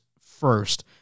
first